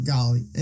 Golly